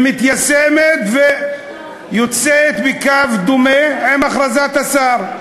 שמיושמת ויוצאת בקו דומה להכרזת השר,